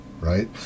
right